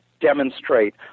demonstrate